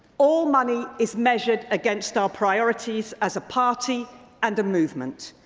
all money is measureed against ah priorities as a party and a movement.